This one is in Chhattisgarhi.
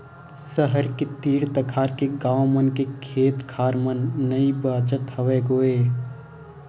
सहर के तीर तखार के गाँव मन के खेत खार मन नइ बाचत हवय गोय